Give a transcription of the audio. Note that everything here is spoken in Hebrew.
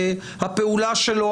הפעולה שלו,